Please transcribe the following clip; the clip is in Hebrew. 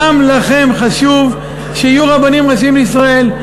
גם לכם חשוב שיהיו רבנים ראשיים לישראל.